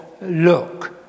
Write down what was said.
look